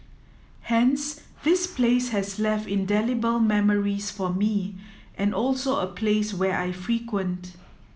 hence this place has left indelible memories for me and also a place where I frequent